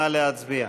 נא להצביע.